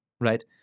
right